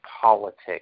politics